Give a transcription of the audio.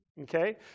okay